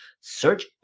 Search